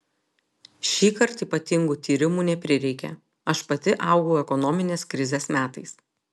šįkart ypatingų tyrimų neprireikė aš pati augau ekonominės krizės metais